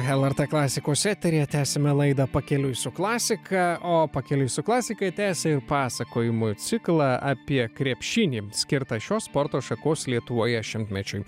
lrt klasikos eteryje tęsiame laidą pakeliui su klasika o pakeliui su klasika tęsia pasakojimų ciklą apie krepšinį skirtą šios sporto šakos lietuvoje šimtmečiui